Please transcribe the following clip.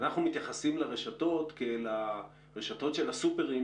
אנחנו מתייחסים לרשתות כאל הרשתות של הסופרמרקטים